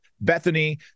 Bethany